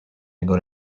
jego